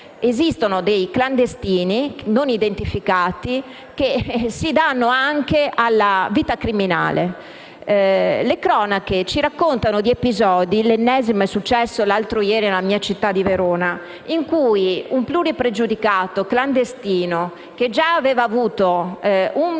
esistono clandestini non identificati che si danno anche alla vita criminale. Le cronache ci raccontano vari episodi; l'ennesimo è accaduto l'altro ieri nella mia città, Verona, in cui un pluripregiudicato clandestino, che già aveva ricevuto un